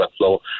workflow